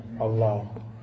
Allah